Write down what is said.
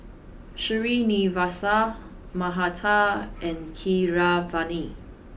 Srinivasa Mahatma and Keeravani